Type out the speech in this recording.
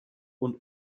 und